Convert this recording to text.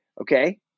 okay